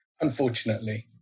Unfortunately